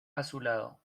azulado